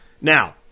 Now